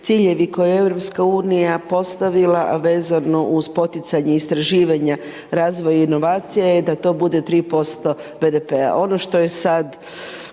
ciljevi koje je EU postavila, a vezano uz poticanje istraživanja razvoja i inovacija je da to bude 3% BDP-a.